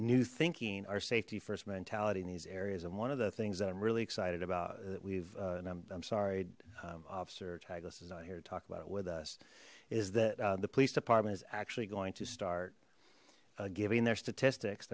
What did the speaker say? new thinking our safety first mentality in these areas and one of the things that i'm really excited about that we've and i'm sorry officer tagless is not here to talk about it with us is that the police department is actually going to start giving their statistics